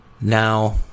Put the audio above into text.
Now